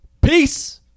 Peace